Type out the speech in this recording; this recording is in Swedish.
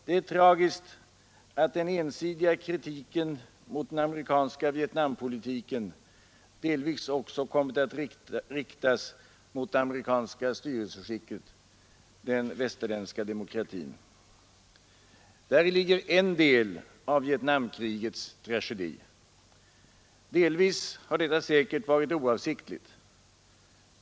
Det är tragiskt att den ensidiga kritiken mot den amerikanska Vietnampolitiken delvis också kommit att riktas mot det amerikanska styrelseskicket — den västerländska demokratin. Däri ligger en del av Vietnamkrigets tragedi. Delvis har detta säkert varit oavsiktligt.